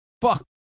Fuck